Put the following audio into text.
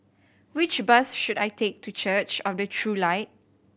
which bus should I take to Church of the True Light